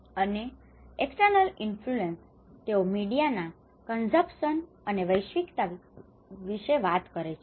અને external influence તેઓ media ના કંઝપ્સન અને વૈશ્વિકતા વિશે વાત કરે છે